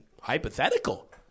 hypothetical